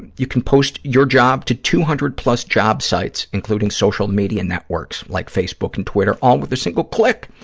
you can post your job to two hundred plus job sites, including social media networks like facebook and twitter, all with a single click.